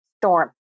storm